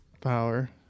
Power